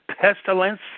pestilence